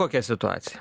kokia situacija